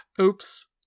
Oops